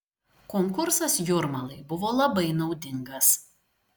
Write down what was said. konkursas jūrmalai buvo labai naudingas